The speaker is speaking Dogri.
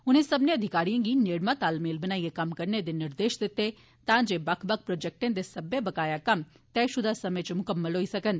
उनें सब्बनें अधिकारियें गी नेडमा तालमेल बनाइयै कम्म करने दे निर्देश दिते तां जे बक्ख बक्ख प्रोजैक्टें दे सब्बै बकाया कम्म तयशुदा समें च मुकम्मल होई सकन